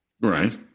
Right